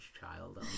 child